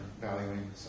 valuing